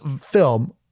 film